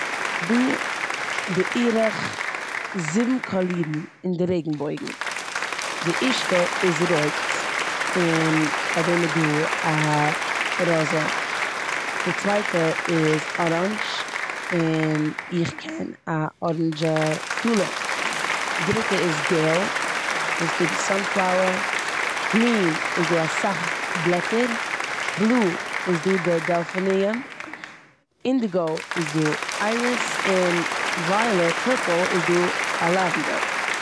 דא בערך זיבן קאלירן אין די רעגנבויגן. די ערשטע איז רויט און פאר דעם איז דא א ראזע. די צווייטע איז אראנדש און איך קען א אראנדשע טוליפ, דריטע איז געל און ס'דא די סאנפלאווער, גרין איז דא אסאך בלעטער, בלוי איז דא די דעלפיניום, אינדיגא איז דא איירעס און וויאלעט- פורפל איז דא א לעווענדער.